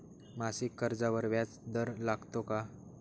मासिक कर्जावर व्याज दर लागतो का?